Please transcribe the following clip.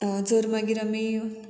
जर मागीर आमी